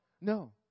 No